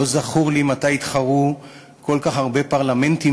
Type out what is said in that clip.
לא זכור לי מתי התחרו כל כך הרבה פרלמנטים